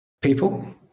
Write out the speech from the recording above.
People